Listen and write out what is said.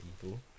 people